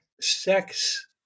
sex